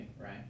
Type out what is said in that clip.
right